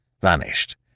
vanished